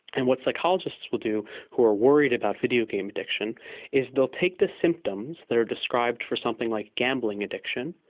and what psychologists will do who are worried about videogame addiction is they will take the symptoms that are described for something like gambling addiction,